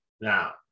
Now